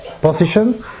positions